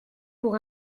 pour